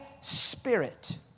Spirit